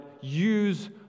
use